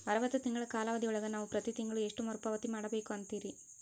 ಅರವತ್ತು ತಿಂಗಳ ಕಾಲಾವಧಿ ಒಳಗ ನಾವು ಪ್ರತಿ ತಿಂಗಳು ಎಷ್ಟು ಮರುಪಾವತಿ ಮಾಡಬೇಕು ಅಂತೇರಿ?